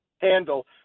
handle